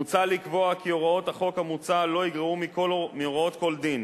מוצע לקבוע כי הוראות החוק המוצע לא יגרעו מהוראות כל דין,